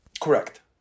Correct